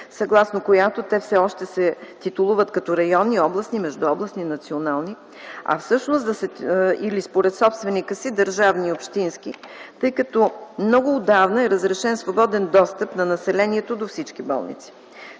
съгласно която те все още се титулуват като районни, областни, междуобластни, национални, или според собственика си – държавни и общински, тъй като много отдавна е разрешен свободен достъп на населението до всички болници.